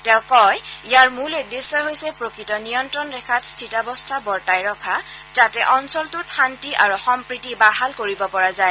তেওঁ কয় ইয়াৰ মূল উদ্দেশ্যই হৈছে প্ৰকৃত নিয়ন্ত্ৰণ ৰেখাত স্থিতাৰস্থা বৰ্তাই ৰখা যাতে অঞ্চলটোত শান্তি আৰু সম্প্ৰীতি বাহাল কৰিব পৰা যায়